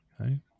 Okay